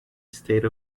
state